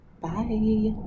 Bye